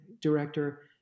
director